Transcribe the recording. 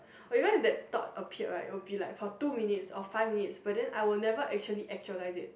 oh because if that thought appeared right it will be like for two minutes or five minutes but then I would never really actualize it